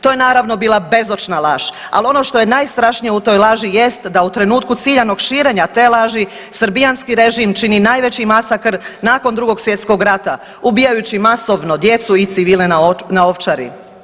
To je naravno bila bezočna laž, ali ono što je najstrašnije u toj laži jest da u trenutku ciljanog širenja te laži Srbijanski režim čini najveći masakr nakon II Svjetskog rata, ubijajući masovno djecu i civile na Ovčari.